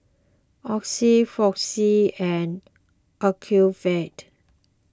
Oxy Floxia and Ocuvite